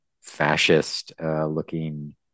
fascist-looking